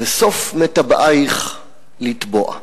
וסוף מטבעייך לטבוע.